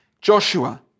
Joshua